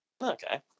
Okay